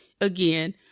again